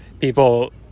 people